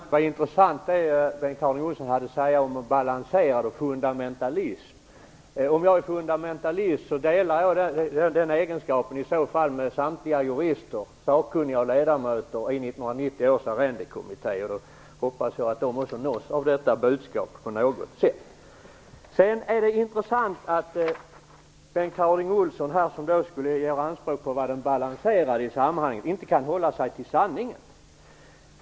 Fru talman! Det var intressant att höra vad Bengt Harding Olson hade att säga om detta med en balanserad lösning och om fundamentalism. Om jag är fundamentalist delar jag i så fall den egenskapen med samtliga jurister, sakkunniga och ledamöter i 1990 års arrendekommitté. Jag hoppas att också de på något sätt nås av detta budskap. Det är intressant att notera att Bengt Harding Olson, som gör anspråk på att vara den balanserade i sammanhanget, inte kan hålla sig till sanningen.